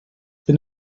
been